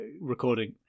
recording